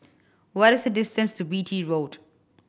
what is the distance to Beatty Road